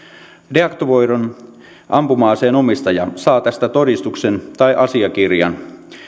deaktivoidun ampuma aseen omistaja saa tästä todistuksen tai asiakirjan